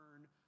turn